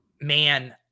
man